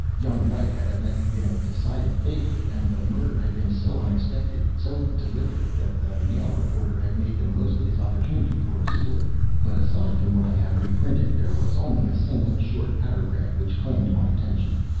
young white had evidently been a decided favorite, and the murder had been so unexpected, so deliberate, that the mail reporter had made the most of his opportunity for a story. but aside from what i have reprinted, there was only a single short paragraph which claimed my attention.